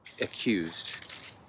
accused